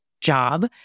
job